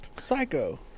psycho